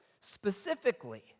specifically